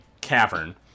cavern